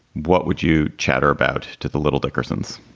what would you chatter about to the little dickersons?